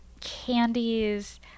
candies